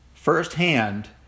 firsthand